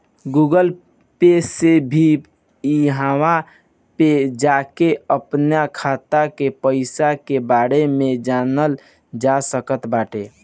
Google Pay से भी इहवा पे जाके अपनी खाता के पईसा के बारे में जानल जा सकट बाटे